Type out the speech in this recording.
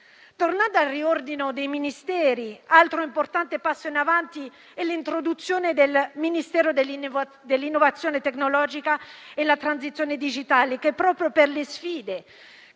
Tornando al riordino dei Ministeri, altro importante passo in avanti è l'introduzione del Ministero dell'innovazione tecnologica e la transizione digitale che, proprio per le sfide